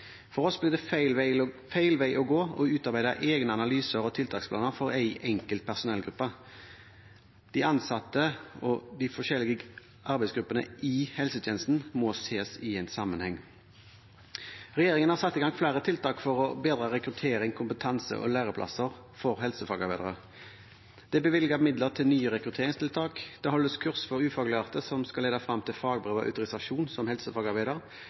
For oss blir det feil vei å gå å utarbeide egne analyser og tiltaksplaner for én enkelt personellgruppe. De ansatte og de forskjellige arbeidsgruppene i helsetjenesten må ses i sammenheng. Regjeringen har satt i gang flere tiltak for å bedre rekruttering av og kompetanse og læreplasser for helsefagarbeidere. Det er bevilget midler til nye rekrutteringstiltak, det holdes kurs for ufaglærte som skal lede frem til fagbrev og autorisasjon som helsefagarbeider,